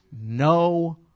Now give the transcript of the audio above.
no